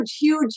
huge